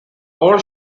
all